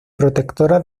protectora